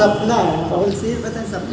मोला डाक ले मोर चेक पुस्तिका मिल गे हे